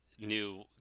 new